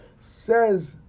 says